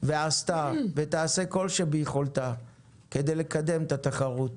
עשתה ותעשה כל שביכולתה כדי לקדם את התחרות.